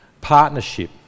partnership